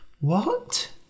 What